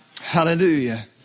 Hallelujah